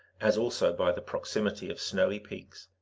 as also by the proximity of snowy peaks.